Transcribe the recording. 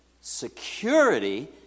security